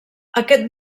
aquest